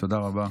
תודה רבה.